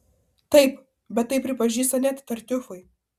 taip bet tai pripažįsta net tartiufai